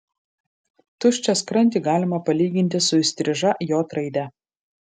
tuščią skrandį galima palyginti su įstriža j raide